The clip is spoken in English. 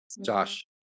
Josh